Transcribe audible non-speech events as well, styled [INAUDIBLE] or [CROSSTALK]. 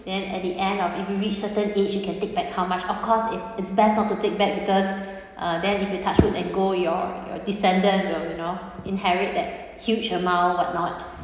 then at the end of if you reach certain age you can take back how much of course it it's best not to take back because uh then if you touch wood [NOISE] and go your your descendant will you know inherit that huge amount whatnot